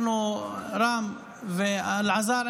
רם ואלעזר,